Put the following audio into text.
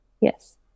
Yes